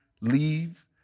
leave